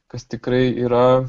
kas tikrai yra